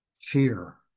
fear